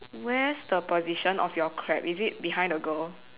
where's the position of your crab is it behind the girl